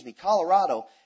Colorado